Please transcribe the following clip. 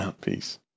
Peace